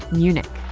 munich.